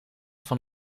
van